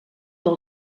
del